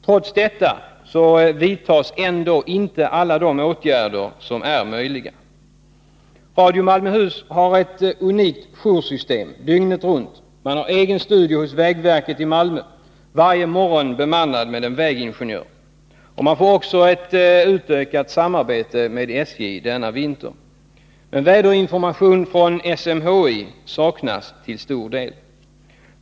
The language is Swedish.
Trots detta vidtas inte alla de åtgärder som är möjliga. Radio Malmöhus har ett unikt joursystem dygnet runt. Man har egen studio hos vägverket i Malmö, varje morgon bemannad med en vägingenjör. Man får denna vinter också ett utökat samarbete med SJ. Men väderinformation från SMHI saknas till stor del.